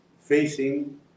facing